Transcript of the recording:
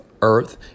earth